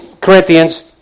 Corinthians